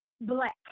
black